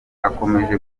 akomeje